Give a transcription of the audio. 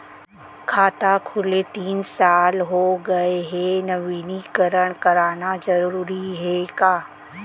खाता खुले तीन साल हो गया गये हे नवीनीकरण कराना जरूरी हे का?